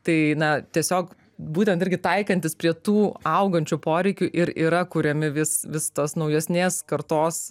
tai na tiesiog būtent irgi taikantis prie tų augančių poreikių ir yra kuriami vis vis tos naujesnės kartos